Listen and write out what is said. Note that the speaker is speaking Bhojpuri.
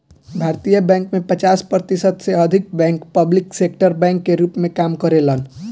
भारतीय बैंक में पचास प्रतिशत से अधिक बैंक पब्लिक सेक्टर बैंक के रूप में काम करेलेन